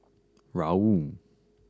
Raoul